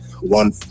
one